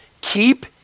keep